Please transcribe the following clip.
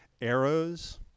arrows